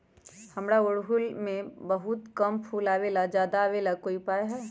हमारा ओरहुल में बहुत कम फूल आवेला ज्यादा वाले के कोइ उपाय हैं?